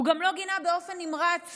הוא גם לא גינה באופן נמרץ